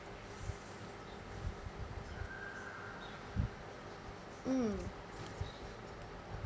mm